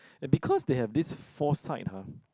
because they have this foresight ha